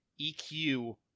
EQ